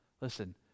listen